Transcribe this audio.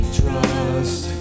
trust